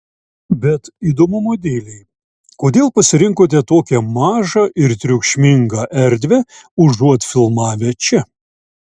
bet įdomumo dėlei kodėl pasirinkote tokią mažą ir triukšmingą erdvę užuot filmavę čia